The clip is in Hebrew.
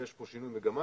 יש כאן שינוי מגמה.